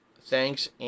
Thanks